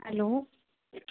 hello